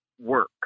work